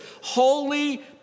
holy